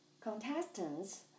Contestants